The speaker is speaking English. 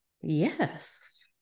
Yes